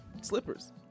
slippers